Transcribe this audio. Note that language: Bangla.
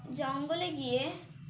জঙ্গলে গিয়ে